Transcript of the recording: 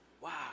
Wow